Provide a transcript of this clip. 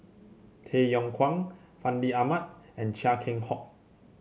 Tay Yong Kwang Fandi Ahmad and Chia Keng Hock